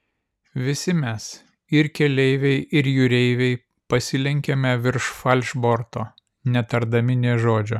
visi mes ir keleiviai ir jūreiviai pasilenkėme virš falšborto netardami nė žodžio